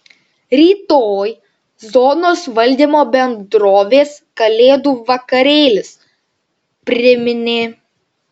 rytoj zonos valdymo bendrovės kalėdų vakarėlis priminė